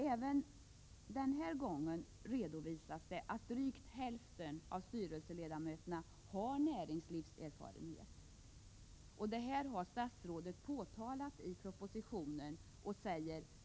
Även den här gången redovisas att drygt hälften av styrelseledamöterna har näringslivserfarenhet. Detta har statsrådet påpekat i propositionen.